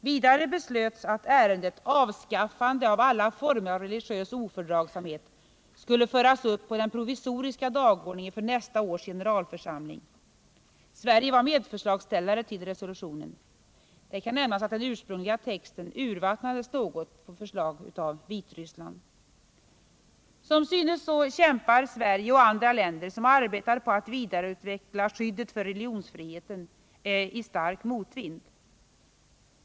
Vidare beslöts att ärendet Avskaffande av alla former av religiös ofördragsamhet skulle föras upp på den provisoriska dagordningen för nästa års generalförsamling. Sverige var medförslagsställare till resolutionen. Det kan nämnas att den ursprungliga texten urvattnades något på förslag av Vitryssland. Som synes kämpar Sverige och andra länder, som arbetar på att vidareutveckla skyddet för religionsfriheten, i stark motvind.